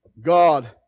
God